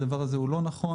הדבר הזה לא נכון.